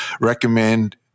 recommend